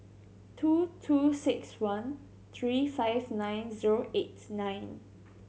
two two six one three five nine zero eight nine